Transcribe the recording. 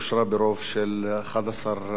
בקשת ועדת הכספים בדבר הפיצול אושרה ברוב של 11 תומכים,